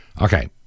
okay